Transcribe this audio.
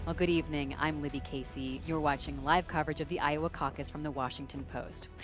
ah good evening i'm libby casey. you are watching live coverage of the iowa caucus from the washington post.